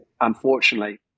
unfortunately